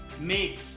make